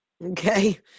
Okay